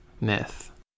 myth